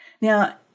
Now